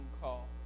call